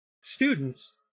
students